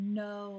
no